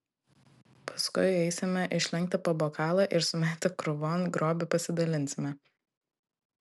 paskui eisime išlenkti po bokalą ir sumetę krūvon grobį pasidalinsime